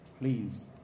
please